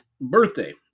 birthday